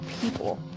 people